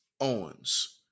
Owens